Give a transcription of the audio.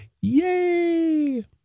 Yay